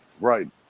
Right